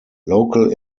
local